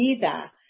Vida